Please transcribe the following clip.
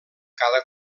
cada